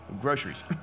groceries